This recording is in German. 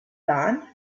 bahn